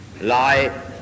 lie